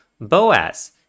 Boaz